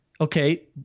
okay